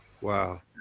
Wow